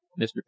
Mr